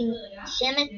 התנשמת הדוויג,